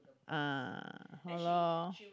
ah [han nor]